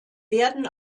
werden